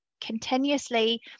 continuously